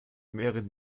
mehreren